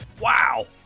Wow